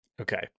Okay